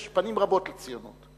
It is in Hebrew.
יש פנים רבות לציונות.